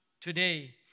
today